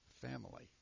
Family